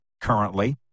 currently